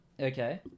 Okay